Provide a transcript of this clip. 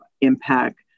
impact